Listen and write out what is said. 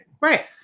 Right